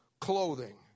clothing